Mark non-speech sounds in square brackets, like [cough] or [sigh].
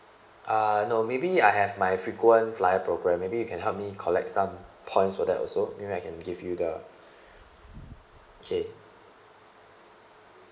uh no maybe I have my frequent flyer program maybe you can help me collect some points for that also maybe I can give you the [breath] okay